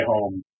Home